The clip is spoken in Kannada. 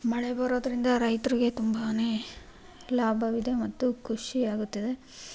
ಮಳೆ ಬರೋದರಿಂದ ರೈತರಿಗೆ ತುಂಬನೇ ಲಾಭವಿದೆ ಮತ್ತು ಖುಷಿ ಆಗುತ್ತದೆ